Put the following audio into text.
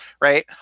right